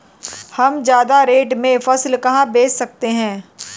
हम ज्यादा रेट में फसल कहाँ बेच सकते हैं?